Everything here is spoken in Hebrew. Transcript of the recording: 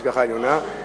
השגחה עליונה.